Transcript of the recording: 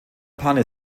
panne